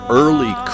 early